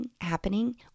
happening